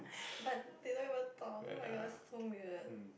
fun they don't even talk oh-my-god it's so weird